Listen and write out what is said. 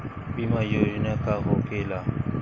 बीमा योजना का होखे ला?